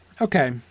okay